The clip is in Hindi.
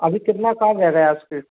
अभी कितना काम रह गया है उस पर